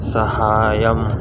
సహాయం